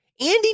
Andy